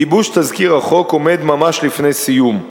גיבוש תזכיר החוק עומד ממש לפני סיום,